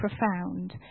profound